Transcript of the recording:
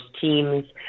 teams